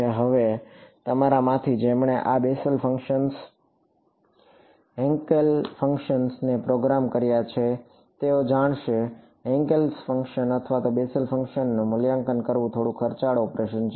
હવે તમારામાંથી જેમણે આ બેસેલ ફંક્શન્સ હેન્કેલ ફંક્શન્સને પ્રોગ્રામ કર્યા છે તેઓ જાણશે હેન્કેલ ફંક્શન અથવા બેસેલ ફંક્શનનું મૂલ્યાંકન કરવું થોડું ખર્ચાળ ઓપરેશન છે